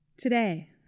Today